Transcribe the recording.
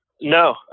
No